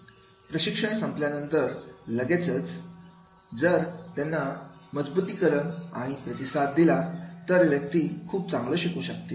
प्रशिक्षण संपल्यानंतर लगेचच जर त्यांना मजबुतीकरण आणि प्रतिसाद दिला तर व्यक्ती खूप चांगलं शिकू शकतील